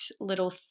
little